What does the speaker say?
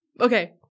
Okay